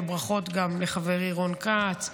ברכות גם לחברי רון כץ,